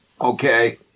Okay